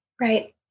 Right